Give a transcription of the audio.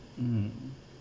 mm